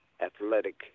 athletic